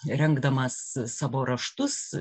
rengdamas savo raštus